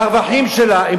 מהרווחים שלה,